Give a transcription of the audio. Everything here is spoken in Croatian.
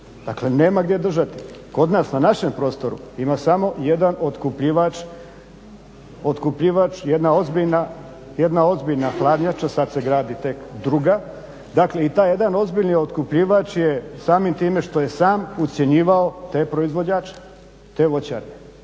Dakle, nema gdje držati. Kod nas na našem prostoru ima samo jedan otkupljivač, jedna ozbiljna hladnjača, sada se gradi tek druga. Dakle i taj jedan ozbiljni otkupljivač je samim time što je sam ucjenjivao te proizvođače, te voćare